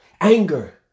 Anger